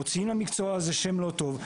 מוציאים למקצוע הזה שם לא טוב.